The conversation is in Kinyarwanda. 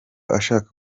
ashaka